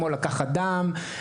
כמו: לקחת דם,